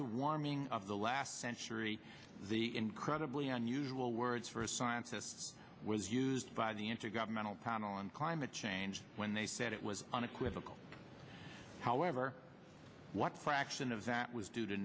to warming of the last century the incredibly unusual words for a scientist was used by the intergovernmental panel on climate change when they said it was unequivocal however what fraction of that was due to